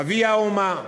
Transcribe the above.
אבי האומה.